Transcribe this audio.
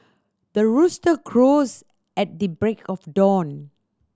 the rooster crows at the break of dawn